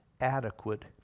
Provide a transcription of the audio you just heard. adequate